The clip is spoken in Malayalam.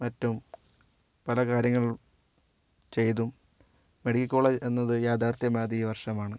മറ്റും പല കാര്യങ്ങൾ ചെയ്തും മെഡിക്കൽ കോളേജ് എന്നത് യാഥാർത്ഥ്യമായത് ഈ വർഷമാണ്